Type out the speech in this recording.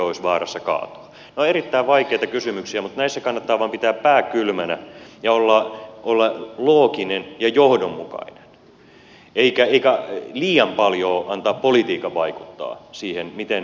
nämä ovat erittäin vaikeita kysymyksiä mutta näissä kannattaa vain pitää pää kylmänä ja olla looginen ja johdonmukainen eikä liian paljoa antaa politiikan vaikuttaa siihen miten yhteistä omaisuutta hallinnoidaan